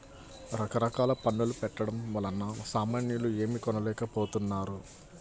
రకరకాల పన్నుల పెట్టడం వలన సామాన్యులు ఏమీ కొనలేకపోతున్నారు